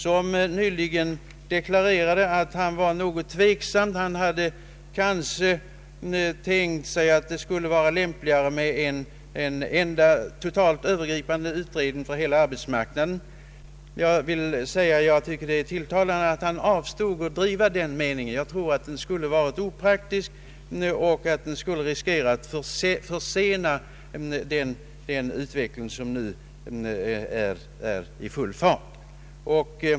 Den senare har nu deklarerat att han varit något tveksam, att han hade tänkt sig att det kanske skulle vara lämpligare med en enda övergripande utredning för hela arbetsmarknaden. Det är tilltalande att han avstod från att hävda den meningen. Jag tror att det skulle ha varit opraktiskt och att man skulle riskerat att försena den utveckling som nu är i full fart.